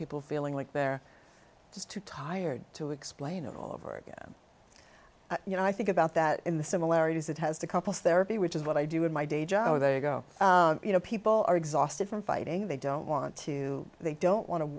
people feeling like they're just too tired to explain it all over again you know i think about that in the similarities it has to couples therapy which is what i do in my day job where they go you know people are exhausted from fighting they don't want to they don't want to